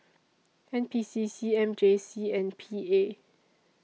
N P C C M J C and P A